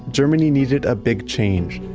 germany needed a big change.